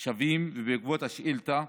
שווים ובעקבות השאילתה,